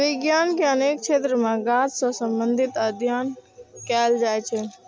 विज्ञान के अनेक क्षेत्र मे गाछ सं संबंधित अध्ययन कैल जाइ छै